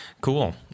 cool